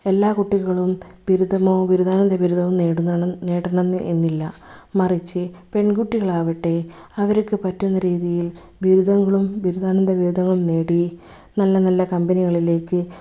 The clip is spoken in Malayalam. എല്ലാ കുട്ടികളും ബിരുദമോ ബിരുദാനന്തര ബിരുദവും നേടുന്നതാണ് നേടണം എന്നില്ല മറിച്ച് പെൺകുട്ടികളാവട്ടെ അവർക്ക് പറ്റുന്ന രീതിയിൽ ബിരുദങ്ങളും ബിരുദാനന്തര ബിരുദങ്ങളും നേടി നല്ല നല്ല കമ്പനികളിലേക്ക്